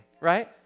Right